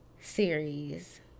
series